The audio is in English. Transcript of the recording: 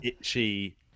itchy